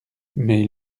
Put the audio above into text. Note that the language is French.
mais